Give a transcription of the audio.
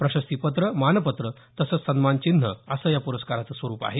प्रशस्तीपत्र मानपत्र तसंच सन्मान चिन्ह असं या प्रस्काराचं स्वरुप आहे